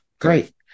Great